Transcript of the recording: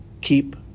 keep